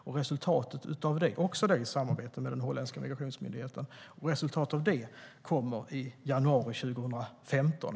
Den sker också i samarbete med den holländska migrationsmyndigheten, och resultatet kommer i januari 2015.